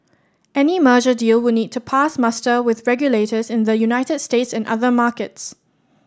any merger deal would need to pass muster with regulators in the United States and other markets